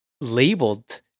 labeled